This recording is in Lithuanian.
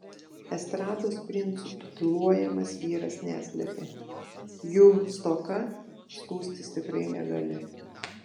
estrados princu tituluojamas vyras neslepia jų stoka skųstis tikrai negali